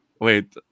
Wait